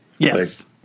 Yes